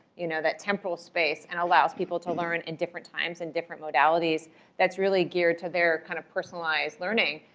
you know that temporal space, and allows people to learn in different times and different modalities that's really geared to their kind of personalized learning.